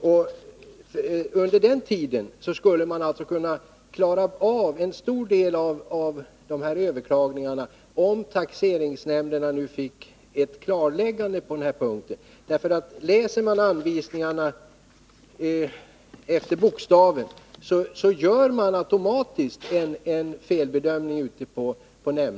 Om taxeringsnämnderna nu fick ett klarläggande på den här punkten, skulle en stor del av överklagandena klaras av under den tiden. När man ute på taxeringsnämnderna läser anvisningarna efter bokstaven gör man automatiskt en felbedömning.